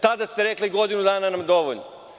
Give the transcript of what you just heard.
Tada ste rekli godinu dana nam je dovoljno.